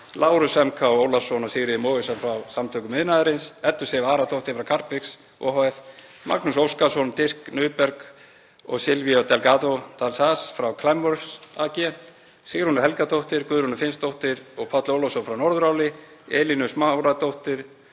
Lárus M. K. Ólafsson og Sigríði Mogensen frá Samtökum iðnaðarins, Eddu Sif Aradóttur frá Carbfix ohf., Magnús Óskarsson, Dirk Nuberg og Silviu Delgado del Saz frá Climeworks AG, Sigrúnu Helgadóttur, Guðrúnu Finnsdóttur og Pál Ólafsson frá Norðuráli, Elínu Smáradóttur,